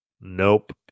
Nope